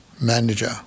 manager